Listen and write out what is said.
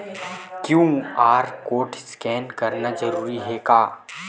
QR code scan करना जरूरी हे का?